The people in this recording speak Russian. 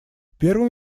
первым